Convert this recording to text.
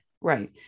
right